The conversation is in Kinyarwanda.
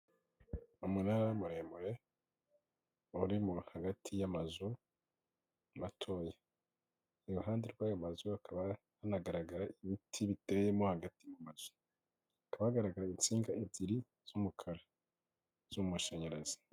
umunara muremure, uri hagati y'amazu matoya, iruhande rw'ayo mazu hakaba hanagaragara ibiti biteyemo hagati mu mazu, hakaba hagaragara insinga ebyiri z'umukara z'amashanyarazi.